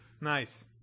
Nice